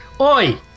Oi